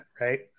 right